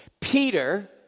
Peter